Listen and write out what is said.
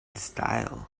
style